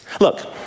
Look